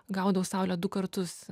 gaudau saulę du kartus